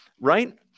Right